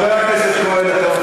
בתוך תקציב המדינה.